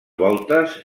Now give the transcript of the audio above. voltes